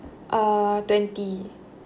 uh twenty